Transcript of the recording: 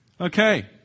Okay